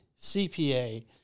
CPA